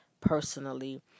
personally